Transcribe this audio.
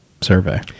survey